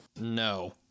No